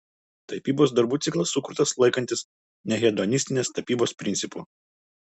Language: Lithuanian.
tapybos darbų ciklas sukurtas laikantis nehedonistinės tapybos principų